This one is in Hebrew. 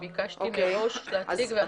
ביקשתי מראש להציג ואמרו לי שאין צורך.